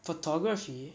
photography